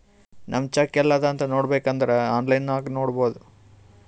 ನಮ್ ಚೆಕ್ ಎಲ್ಲಿ ಅದಾ ಅಂತ್ ನೋಡಬೇಕ್ ಅಂದುರ್ ಆನ್ಲೈನ್ ನಾಗ್ ನೋಡ್ಬೋದು